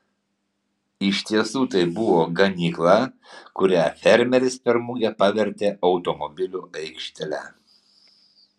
iš tiesų tai buvo ganykla kurią fermeris per mugę pavertė automobilių aikštele